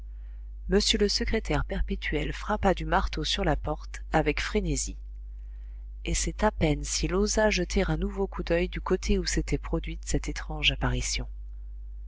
m le secrétaire perpétuel frappa du marteau sur la porte avec frénésie et c'est à peine s'il osa jeter un nouveau coup d'oeil du côté où s'était produite cette étrange apparition